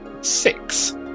Six